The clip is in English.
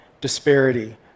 disparity